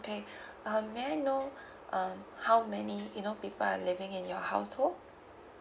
okay um may I know um how many you know people are living in your household